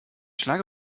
schlage